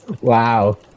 Wow